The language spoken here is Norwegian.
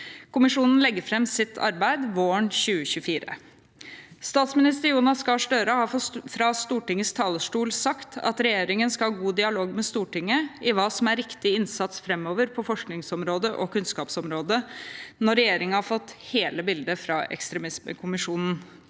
Kommisjonen legger fram sitt arbeid våren 2024. Statsminister Jonas Gahr Støre har fra Stortingets talerstol sagt at regjeringen skal ha god dialog med Stortinget om hva som er riktig innsats framover på forskningsområdet og kunnskapsområdet, når regjeringen har fått hele bildet fra ekstremismekommisjonen.